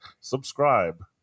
subscribe